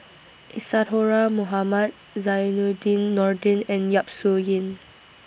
Isadhora Mohamed Zainudin Nordin and Yap Su Yin